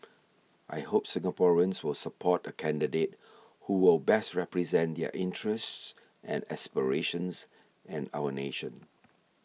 I hope Singaporeans will support the candidate who will best represent their interests and aspirations and our nation